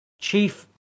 Chief